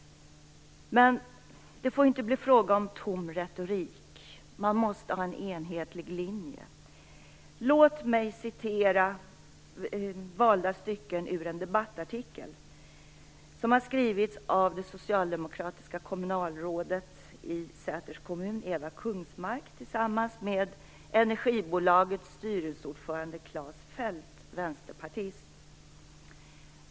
Men det får inte bli fråga om tom retorik. Man måste ha en enhetlig linje. Jag skall läsa upp valda stycken ur en debattartikel. Den har skrivits av det socialdemokratiska kommunalrådet i Säters kommun Eva Kungsmark tillsammans med energibolagets styrelseordförande Klas Fäldt, vänsterpartist.